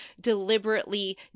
deliberately